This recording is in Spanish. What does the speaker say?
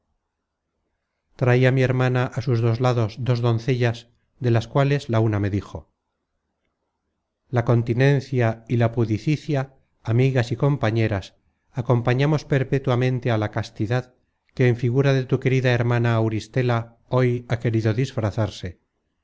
traia mi hermana á sus dos lados dos doncellas de las cuales la una me dijo la continencia y la pudicicia amigas y compañeras acompañamos perpetuamente á la castidad que en figura de tu querida hermana auristela hoy ha querido disfrazarse